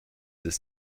this